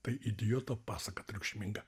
tai idioto pasaka triukšminga